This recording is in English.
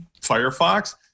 Firefox